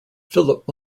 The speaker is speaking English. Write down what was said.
philip